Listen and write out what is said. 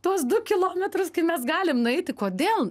tuos du kilometrus kai mes galim nueiti kodėl